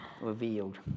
revealed